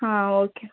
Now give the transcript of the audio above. ஆ okay